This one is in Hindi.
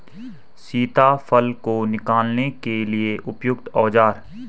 सीताफल को निकालने के लिए उपयुक्त औज़ार?